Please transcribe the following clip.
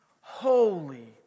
Holy